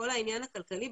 בכל העניין הכלכלי,